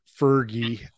Fergie